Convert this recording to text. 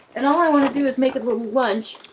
and all i want to do is make a little lunch.